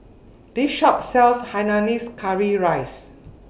This Shop sells Hainanese Curry Rice